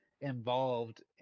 involved